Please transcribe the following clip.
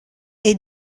est